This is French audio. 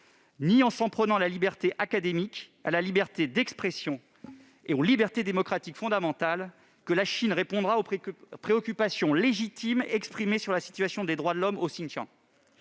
ou en s'en prenant à la liberté académique, à la liberté d'expression et aux libertés démocratiques fondamentales que la Chine répondra aux préoccupations légitimes exprimées sur la situation des droits de l'homme au Xinjiang.